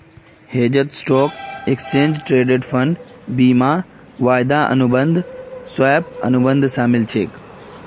हेजत stock, exchange traded fund, बीमा, वायदा अनुबंध, स्वैप, अनुबंध शामिल छेक